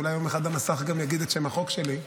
אולי יום אחד המסך יגיד את שם החוק שלי,